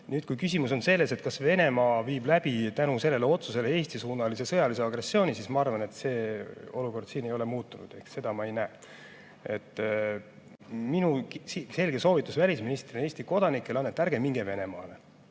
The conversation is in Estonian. ole. Kui küsimus on selles, kas Venemaa viib selle otsuse tõttu ellu Eesti-suunalise sõjalise agressiooni, siis ma arvan, et see olukord ei ole muutunud. Seda ma ei näe. Minu selge soovitus välisministrina Eesti kodanikele on, et ärge minge Venemaale.